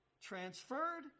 transferred